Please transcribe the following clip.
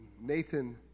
Nathan